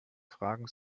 fragen